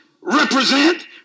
represent